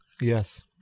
yes